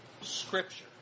scripture